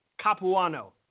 Capuano